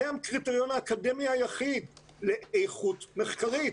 זה הקריטריון האקדמי היחיד לאיכות מחקרית,